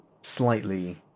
slightly